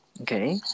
Okay